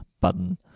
button